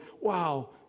wow